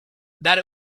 that